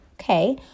okay